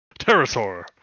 Pterosaur